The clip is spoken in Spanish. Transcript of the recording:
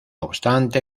obstante